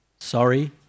Sorry